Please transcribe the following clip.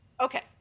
Okay